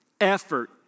Effort